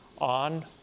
on